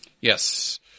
Yes